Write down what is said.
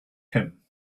him